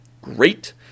great